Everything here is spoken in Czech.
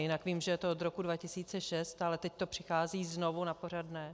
Jinak vím, že je to od roku 2006, ale teď to přichází znovu na pořad dne.